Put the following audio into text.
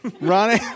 Ronnie